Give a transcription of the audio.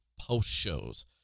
post-shows